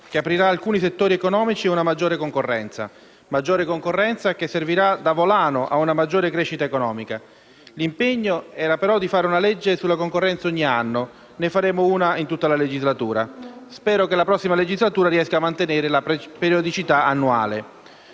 che aprirà alcuni settori economici a una maggiore concorrenza, la quale servirà da volano a una maggiore crescita economica. L'impegno era di varare una legge sulla concorrenza ogni anno, mentre ne approveremo una in tutta la legislatura. Spero, quindi, che la prossima legislatura riesca a mantenere la periodicità annuale.